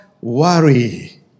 worry